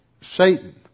Satan